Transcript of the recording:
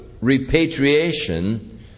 repatriation